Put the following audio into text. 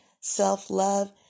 self-love